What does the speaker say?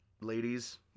ladies